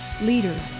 leaders